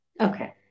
Okay